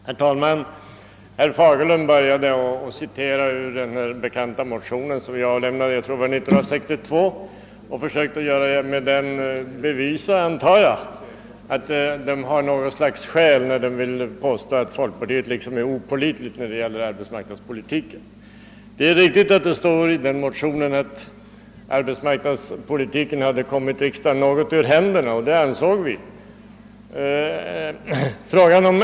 Herr talman! Herr Fagerlund citerade ur den bekanta motionen som jag tror avlämnades 1962 och försökte där med bevisa, att den utgör något slags stöd för påståendet att folkpartiet är opålitligt när det gäller arbetsmarknadspolitiken. Det är riktigt att det i motionen står att arbetsmarknadspolitiken gått riksdagen något ur händerna — det ansåg vi nämligen.